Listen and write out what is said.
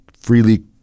freely